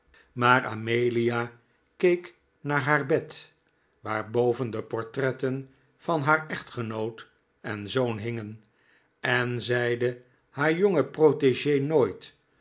maar amelia keek naar haar bed waarboven de portretten van haar echtgenoot en zoon hingen en zeide haar jonge protegee nooit